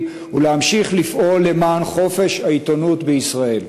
ולהמשיך לפעול למען חופש העיתונות בישראל.